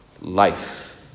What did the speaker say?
life